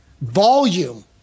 volume